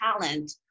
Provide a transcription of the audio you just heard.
talent